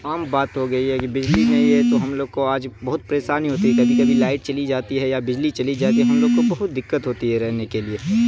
عام بات ہو گئی ہے کہ بجلی نہیں ہے تو ہم لوگ کو آج بہت پریشانی ہوتی ہے کبھی کبھی لائٹ چلی جاتی ہے یا بجلی چلی جاتی ہے ہم لوگ کو بہت دقت ہوتی ہے رہنے کے لیے